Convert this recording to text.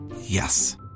Yes